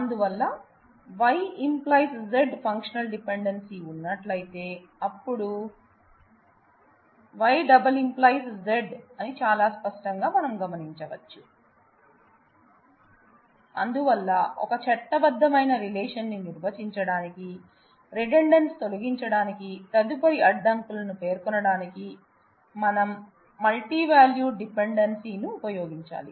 అందువల్ల Y→Z functional dependency ఉన్నట్లయితే అప్పుడు Y →→Z అని చాలా స్పష్టంగా మనం గమనించవచ్చు అందువల్ల ఒక చట్టబద్ధమైన రిలేషన్ ని నిర్వచించడానికి రిడండెన్స్ తొలగించడానికి తదుపరి అడ్డంకులను పేర్కొనడానికి మనం మల్టీ వాల్యూడ్ డిపెండెన్సీ ను ఉపయోగించాలి